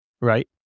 Right